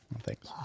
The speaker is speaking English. Thanks